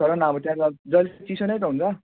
तर पनि अब त्यहाँ त जहिले चिसो नै त हुन्छ